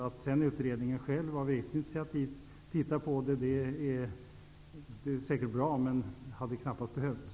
Att sedan utredningen själv av eget initiativ undersökt detta är säkert bra, men det hade knappast behövts.